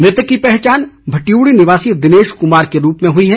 मृतक की पहचान भट्यूडी निवासी दिनेश कुमार के रूप में हुई है